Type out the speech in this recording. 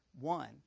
One